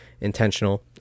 intentional